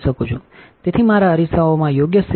તેથી મારા અરીસાઓ યોગ્ય સ્થિતિમાં છે